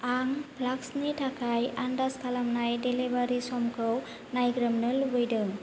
आं फ्लास्कनि थाखाय आन्दाज खालामनाय डेलिबारि समखौ नायग्रोमनो लुबैदों